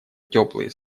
теплые